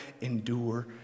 endure